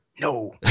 No